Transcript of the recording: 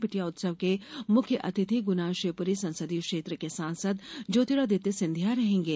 बिटिया उत्सव के मुख्य अतिथि गुना शिवपुरी संसदीय क्षेत्र के ज्योतिरादित्य सिंधिया रहेंगे